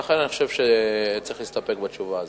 לכן, אני חושב שצריך להסתפק בתשובה הזאת.